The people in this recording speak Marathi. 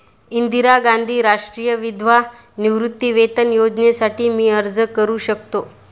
इंदिरा गांधी राष्ट्रीय विधवा निवृत्तीवेतन योजनेसाठी मी अर्ज करू शकतो?